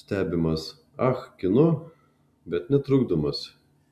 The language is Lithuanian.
stebimas ah kino bet netrukdomas